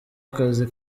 akazi